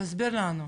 תסביר לנו.